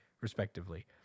respectively